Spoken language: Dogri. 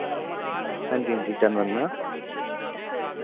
हां जी हां जी चरणवंदना